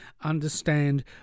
understand